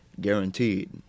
Guaranteed